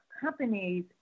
companies